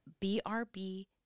BRB